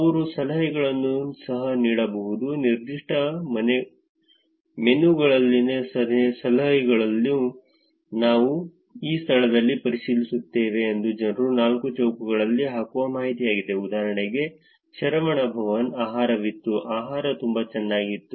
ಅವರು ಸಲಹೆಗಳನ್ನು ಸಹ ನೀಡಬಹುದು ನಿರ್ದಿಷ್ಟ ಮೆನುಗಳಲ್ಲಿ ಸಲಹೆಗಳು ನಾನು ಈ ಸ್ಥಳದಲ್ಲಿ ಪರಿಶೀಲಿಸುತ್ತೇನೆ ಎಂದು ಜನರು ನಾಲ್ಕು ಚೌಕಗಳಲ್ಲಿ ಹಾಕುವ ಮಾಹಿತಿಯಾಗಿದೆ ಉದಾಹರಣೆಗೆ ಶರವಣ ಭವನ್ಆಹಾರವಿತ್ತು ಆಹಾರವು ತುಂಬಾ ಚೆನ್ನಾಗಿತ್ತು